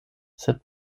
sed